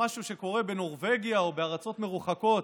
משהו שקורה בנורבגיה או בארצות מרוחקות,